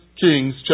Kings